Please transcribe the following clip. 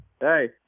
Hey